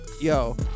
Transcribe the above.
Yo